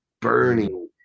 burning